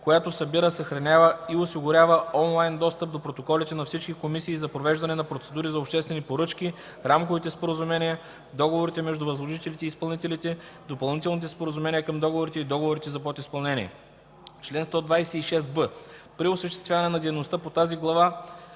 която събира, съхранява и осигурява онлайн достъп до протоколите на всички комисии за провеждане на процедури за обществени поръчки, рамковите споразумения, договорите между възложителите и изпълнителите, допълнителните споразумения към договорите и договорите за подизпълнение. Чл. 126б. При осъществяване на дейността по тази глава